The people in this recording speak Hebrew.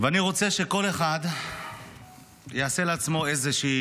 ואני רוצה שכל אחד יעשה לעצמו איזושהי